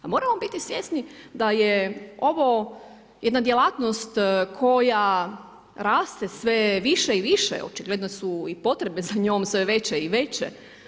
A moramo biti svjesni da je ovo jedna djelatnost koja raste sve više i više, očigledno su i potrebe za njom sve veće i veće.